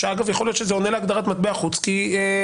יכול להיות שזה עונה להגדרת מטבע חוץ --- ונצואלה.